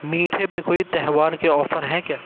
میٹھے پہ کوئی تہوار کے آفر ہیں کیا